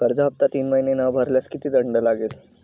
कर्ज हफ्ता तीन महिने न भरल्यास किती दंड लागेल?